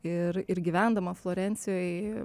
ir ir gyvendama florencijoj